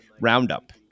roundup